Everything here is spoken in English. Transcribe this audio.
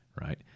right